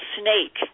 snake